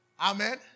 Amen